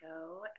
go